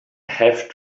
have